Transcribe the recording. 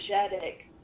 energetic